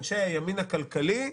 אנשי הימין הכלכלי,